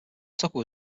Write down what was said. tucker